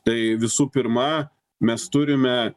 tai visų pirma mes turime